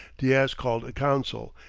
diaz called a council,